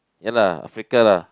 ya lah Africa lah